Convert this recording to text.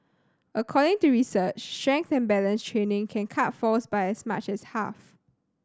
according to research strength and balance training can cut falls by as much as half